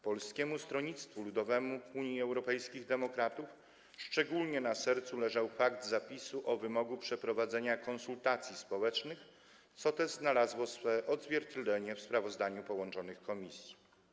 Polskiemu Stronnictwu Ludowemu - Unii Europejskich Demokratów szczególnie na sercu leżał fakt zapisu mówiącego o wymogu przeprowadzenia konsultacji społecznych, co też znalazło swe odzwierciedlenie w sprawozdaniu połączonych komisji.